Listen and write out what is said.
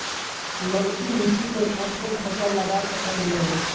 ललकी मिट्टी पर कोन कोन फसल लगा सकय हियय?